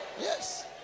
Yes